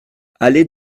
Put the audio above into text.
allée